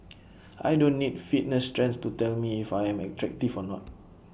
I don't need fitness trends to tell me if I am attractive or not